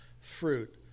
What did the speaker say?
fruit